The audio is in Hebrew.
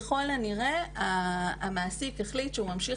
ככל הנראה המעסיק החליט שהוא ממשיך